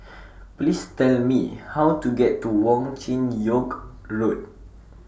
Please Tell Me How to get to Wong Chin Yoke Road